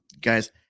guys